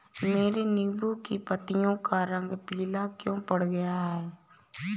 मेरे नींबू की पत्तियों का रंग पीला क्यो पड़ रहा है?